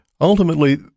ultimately